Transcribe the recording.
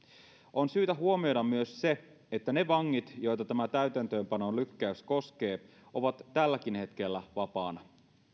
on syytä huomioida myös se että ne vangit joita tämä täytäntöönpanon lykkäys koskee ovat tälläkin hetkellä vapaina